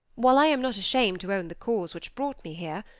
while i am not ashamed to own the cause which brought me here,